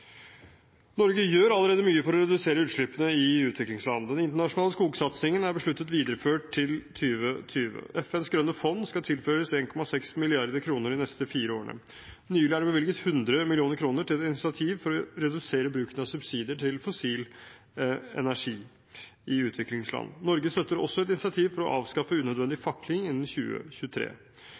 Norge gjør allerede mye for å redusere utslippene i utviklingsland. Den internasjonale skogsatsingen er besluttet videreført til 2020. FNs grønne fond skal tilføres 1,6 mrd. kr de neste fire årene. Nylig er det bevilget 100 mill. kr til et initiativ for å redusere bruken av subsidier til fossil energi i utviklingsland. Norge støtter også et initiativ for å avskaffe unødvendig fakling innen 2023.